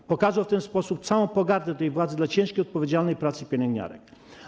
On pokazał w ten sposób całą pogardę tej władzy dla ciężkiej i odpowiedzialnej pracy pielęgniarek.